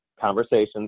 conversations